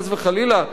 לפגוע,